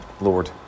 Lord